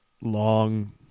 long